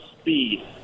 speed